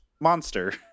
monster